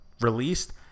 released